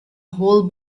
whole